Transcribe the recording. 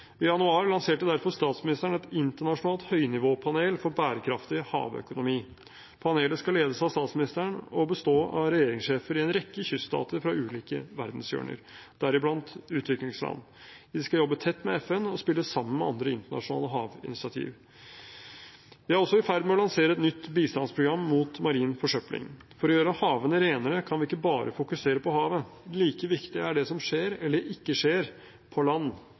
I januar lanserte derfor statsministeren et internasjonalt høynivåpanel for bærekraftig havøkonomi. Panelet skal ledes av statsministeren og bestå av regjeringssjefer i en rekke kyststater fra ulike verdenshjørner, deriblant utviklingsland. De skal jobbe tett med FN og spille sammen med andre internasjonale havinitiativ. Vi er også i ferd med å lansere et nytt bistandsprogram mot marin forsøpling. For å gjøre havene renere kan vi ikke bare fokusere på havet. Like viktig er det som skjer – eller ikke skjer – på land.